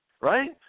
right